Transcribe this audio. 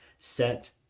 Set